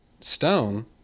Stone